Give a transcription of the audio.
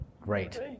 Great